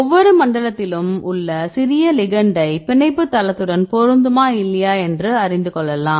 ஒவ்வொரு மண்டலத்திலும் உள்ள சிறிய லிகெண்ட்டை பிணைப்பு தளத்துடன் பொருந்துமா இல்லையா என்று அறிந்து கொள்ளலாம்